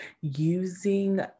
using